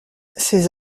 ses